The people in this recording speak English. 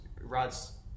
Rods